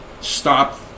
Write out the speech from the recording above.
stop